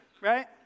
Right